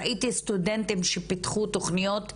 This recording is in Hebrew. ראיתי סטודנטים שפיתחו תוכניות מדהימות,